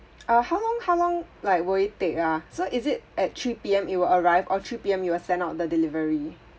uh how long how long like will it take ah so is it at three P_M it will arrive or three P_M you will send out the delivery